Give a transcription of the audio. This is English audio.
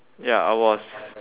ya I was